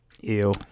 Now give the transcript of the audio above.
Ew